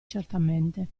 certamente